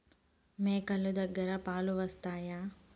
మేక లు దగ్గర పాలు వస్తాయా?